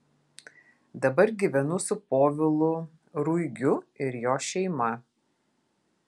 dabar gyvenu su povilu ruigiu ir jo šeima